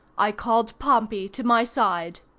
i called pompey to my side.